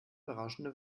berauschende